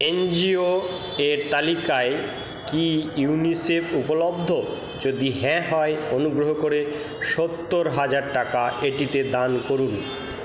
NGO এর তালিকায় কি ইউনিসেফ উপলব্ধ যদি হ্যাঁ হয় অনুগ্রহ করে সত্তর হাজার টাকা এটিতে দান করুন